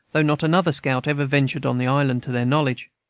though not another scout ever ventured on the island, to their knowledge.